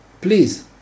Please